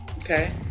Okay